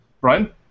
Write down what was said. Brian